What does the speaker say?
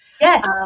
Yes